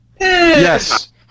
Yes